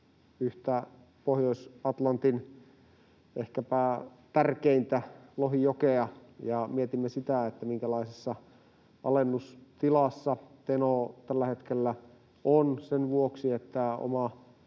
yhtä Pohjois-Atlantin tärkeimmistä — ehkäpä tärkeintä — lohijoista ja mietimme sitä, minkälaisessa alennustilassa Teno tällä hetkellä on sen vuoksi, että oma